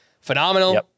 phenomenal